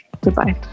Goodbye